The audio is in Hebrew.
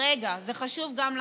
רגע, זה חשוב גם לכם: